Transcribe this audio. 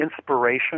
inspiration